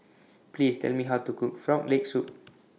Please Tell Me How to Cook Frog Leg Soup